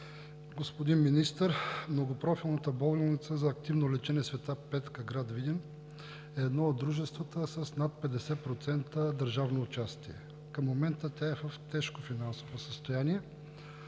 Господин Министър, Многопрофилната болница за активно лечение „Св. Петка“ АД – град Видин, е едно от дружествата с над 50% държавно участие. Към момента тя е в тежко финансово състояние